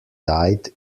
died